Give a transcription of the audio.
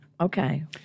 Okay